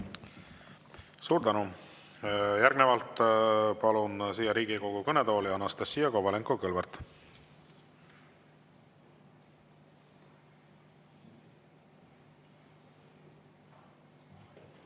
Suur tänu! Järgnevalt palun siia Riigikogu kõnetooli Anastassia Kovalenko-Kõlvarti.